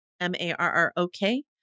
M-A-R-R-O-K